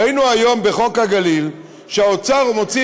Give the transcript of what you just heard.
ראינו היום בחוק הגליל שהאוצר מוציא